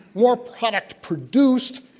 more product produced,